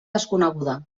desconeguda